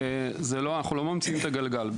אנחנו לא ממציאים את הגלגל.